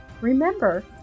Remember